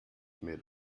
made